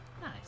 Nice